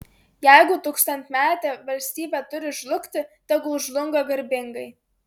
jeigu tūkstantmetė valstybė turi žlugti tegul žlunga garbingai